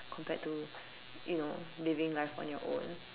compared to you know living life on your own